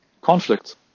conflict